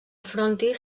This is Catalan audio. frontis